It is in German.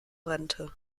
rente